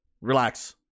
relax